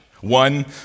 One